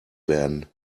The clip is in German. werden